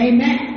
Amen